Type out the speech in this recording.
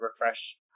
refresh